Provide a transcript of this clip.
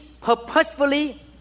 purposefully